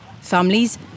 Families